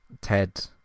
Ted